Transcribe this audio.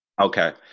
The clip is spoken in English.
Okay